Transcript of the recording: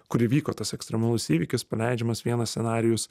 kur įvyko tas ekstremalus įvykis paleidžiamas vienas scenarijus